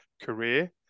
career